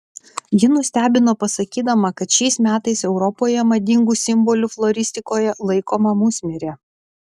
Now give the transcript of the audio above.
ji nustebino pasakydama kad šiais metais europoje madingu simboliu floristikoje laikoma musmirė